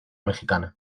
mexicana